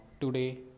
today